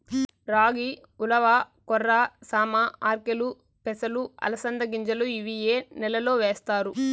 రాగి, ఉలవ, కొర్ర, సామ, ఆర్కెలు, పెసలు, అలసంద గింజలు ఇవి ఏ నెలలో వేస్తారు?